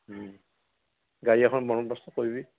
গাড়ী এখন বন্দৱস্ত কৰিবি